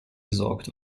gesorgt